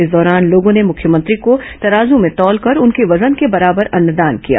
इस दौरान लोगों ने मुख्यमंत्री को तराजू में तौलकर उनके वजन के बराबर अन्नदान किए